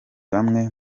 bamwe